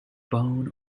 bone